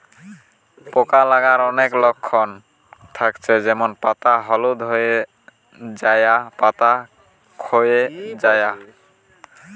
পোকা লাগার অনেক লক্ষণ থাকছে যেমন পাতা হলুদ হয়ে যায়া, পাতা খোয়ে যায়া